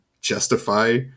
justify